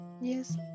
yes